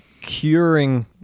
curing